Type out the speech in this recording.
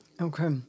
Okay